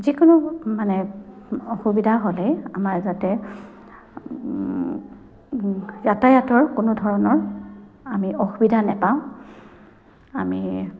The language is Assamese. যিকোনো মানে অসুবিধা হ'লেই আমাৰ যাতে যাতায়াতৰ কোনো ধৰণৰ আমি অসুবিধা নাপাওঁ আমি